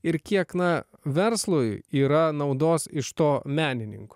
ir kiek na verslui yra naudos iš to menininko